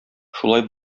шулай